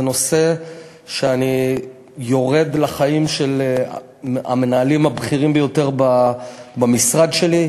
זה נושא שבו אני יורד לחיים של המנהלים הבכירים ביותר במשרד שלי,